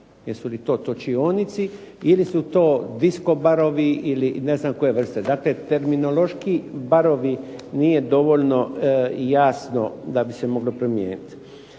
jesu li to točionice ili su disco barovi? Dakle, terminološki barovi nije dovoljno jasno da bi se moglo primijeniti.